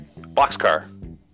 boxcar